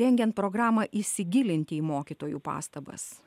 rengiant programą įsigilinti į mokytojų pastabas